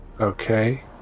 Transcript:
Okay